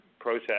process